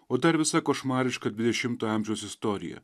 o dar visa košmariška dvidešimto amžiaus istorija